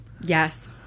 Yes